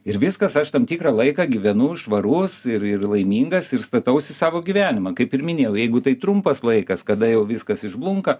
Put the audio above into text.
ir viskas aš tam tikrą laiką gyvenu švarus ir ir laimingas ir statausi savo gyvenimą kaip ir minėjau jeigu tai trumpas laikas kada jau viskas išblunka